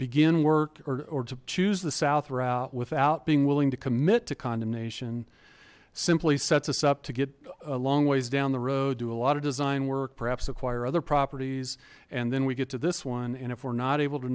begin work or to choose the south route without being willing to commit to condemnation simply sets us up to get a long ways down the road do a lot of design work perhaps acquire other properties and then we get to this one and if we're not able to